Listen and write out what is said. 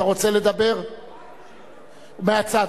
מהצד.